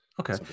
Okay